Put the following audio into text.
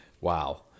wow